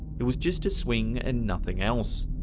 it was just a swing and nothing else.